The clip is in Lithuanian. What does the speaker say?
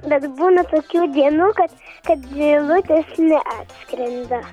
bet būna tokių dienų kad kad zylutės neatskrenda